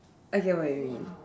I get what you mean